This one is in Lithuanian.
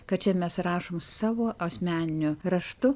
kad čia mes rašom savo asmeniniu raštu